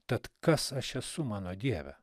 tad kas aš esu mano dieve